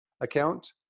account